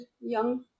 young